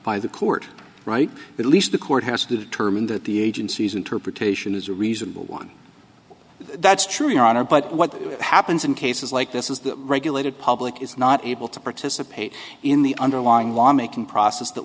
by the court right at least the court has determined that the agency's interpretation is a reasonable one that's true your honor but what happens in cases like this is that regulated public is not able to participate in the underlying law making process that